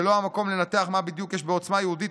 זה לא המקום לנתח מה בדיוק יש בעוצמה יהודית